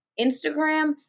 Instagram